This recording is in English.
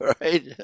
right